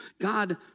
God